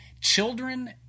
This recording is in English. Children –